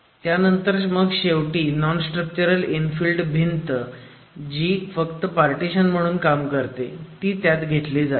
आणि मग शेवटी नॉन स्ट्रक्चरल इनफील्ड भिंत जी फक्त पार्टिशन म्हणून काम करते ती त्यात घेतली जाते